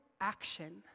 action